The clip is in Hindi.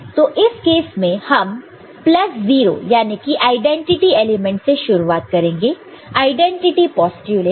तो इस केस में हम प्लस 0 याने की आईडेंटिटी एलिमेंट से शुरुआत करेंगे आईडेंटिटी पोस्टयूलेट